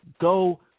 go